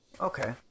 okay